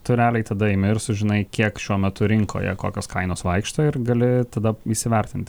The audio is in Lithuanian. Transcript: tu realiai tada imi ir sužinai kiek šiuo metu rinkoje kokios kainos vaikšto ir gali tada įsivertinti